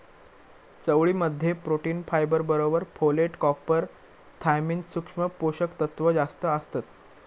चवळी मध्ये protein, fibre बरोबर फोलेट, कॉपर, थायमिन, सुक्ष्म पोषक तत्त्व जास्तं असतत